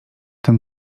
ten